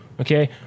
okay